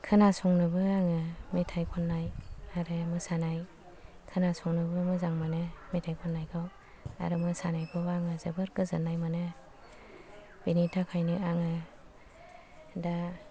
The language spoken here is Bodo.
खोनासंनोबो आङो मेथाइ खननाय आरो मोसानाय खोनासंनोबो मोजां मोनो मेथाइ खननायखौ आरो मोसानायखौबो आङो जोबोर गोजोननाय मोनो बिनि थाखायनो आङो दा